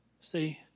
See